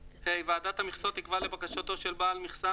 ועדת המכסות תקבע לבקשתו של בעל מכסה